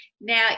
Now